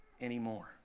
anymore